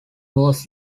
was